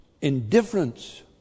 Indifference